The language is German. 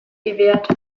gewährt